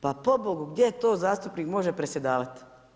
Pa po Bogu, gdje to zastupnik može predsjedavati?